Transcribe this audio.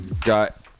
got